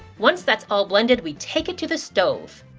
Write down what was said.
once that's all blended we take it to the stove.